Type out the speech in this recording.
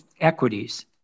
equities